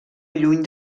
lluny